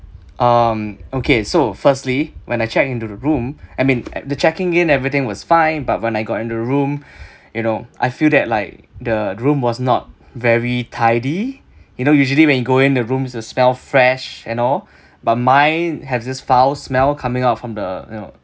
um okay so firstly when I check in into the room I mean the checking in everything was fine but when I got in the room you know I feel that like the room was not very tidy you know usually when you go in the room it smell fresh and all but mine has this foul smell coming out from the you know